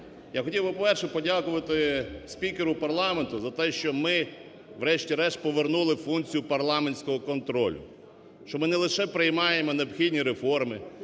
Я хотів би, по-перше, подякувати спікеру парламенту за те, що ми, врешті-решт, повернули функцію парламентського контролю. Що ми не лише приймаємо необхідні реформи,